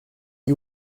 you